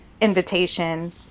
invitation